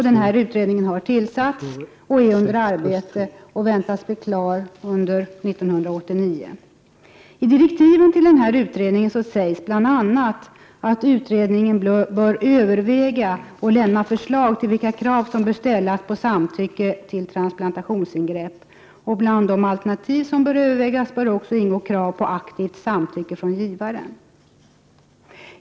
Denna utredning har tillsatts och är under arbete, och den väntas bli klar under 1989. I direktiven till utredningen sägs bl.a. att utredningen bör överväga och lämna förslag till vilka krav som bör ställas på samtycke till transplantationsingrepp. Bland de alternativ som bör övervägas bör ingå krav på aktivt samtycke från givaren.